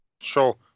Sure